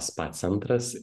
spa centras